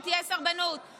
משפט לסיום, בבקשה.